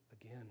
again